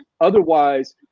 otherwise